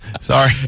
Sorry